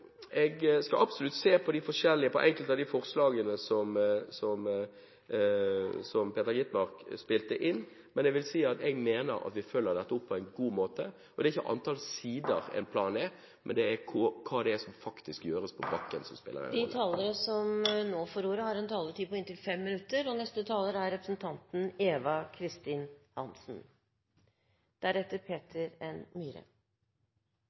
skal absolutt se på enkelte av de forslagene som Peter Skovholt Gitmark spilte inn, men jeg mener vi følger dette opp på en god måte. Det er ikke antall sider i en plan, men hva som faktisk gjøres på bakken, som spiller en rolle. Først har jeg lyst til å si at jeg var litt usikker på